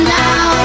now